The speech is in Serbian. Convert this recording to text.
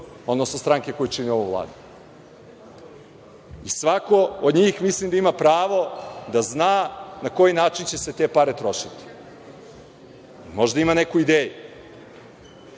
odnosno stranke koje čine ovu Vladu. Svako od njih, mislim, ima pravo da zna na koji način će se pare trošiti. Možda ima neku ideju.